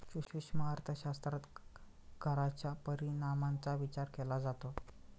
सूक्ष्म अर्थशास्त्रात कराच्या परिणामांचा विचार केला जातो